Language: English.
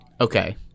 Okay